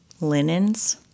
linens